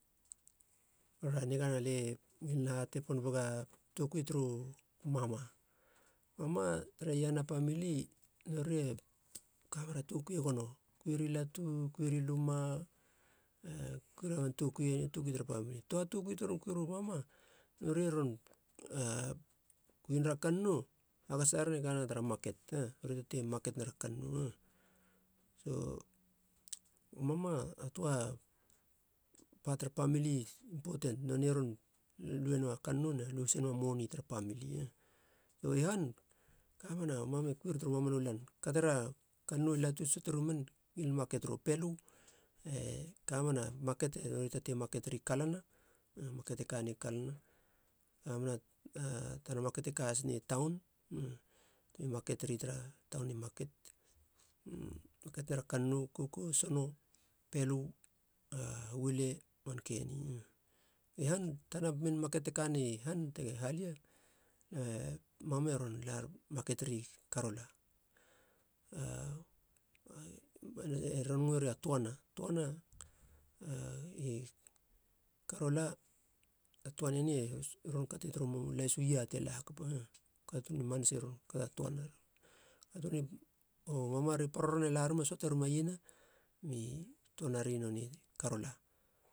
Bora nigana lie ngilin hate pan naga towui tara mama. mama tra iiahana pamili nori e kameiyera tokui e gono. Kui ri latu,. kui ri luma. e kui man tokui. a man tokui tra pamili. tua tokui teron kuiru mama. nori e ron kuira kannou. hakats taren e kana tara market. a nori e taten market nara kannou. mama a tua part tra pamili important. nonei ron lue na kannou ne lu hasena moni tra pamili. i han. kamena mama kuir turu mamana lan. Kamera kannou latu. suate rumen. mi marketiiru pelu. e kamena market. nori e taten market ri kalana. market e kani kalana. na tana market e ka hasne taun. na market ri tra market ri taun. market nara kannou. koko. sono. pelu a wile. mankeni. I han. tana main market te kani han i halia. e mama ron lar. market ri. karola. tuane ni e ron kato turu lahisu yaer te la hakapa. Katun i manasa ron na tuanar u mama ri parorana. ron laruma. suate ruma iena. mi tuana ri karola.